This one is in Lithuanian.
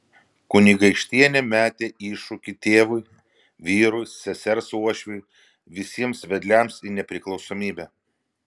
kunigaikštienė metė iššūkį tėvui vyrui sesers uošviui visiems vedliams į nepriklausomybę